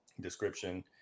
description